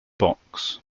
box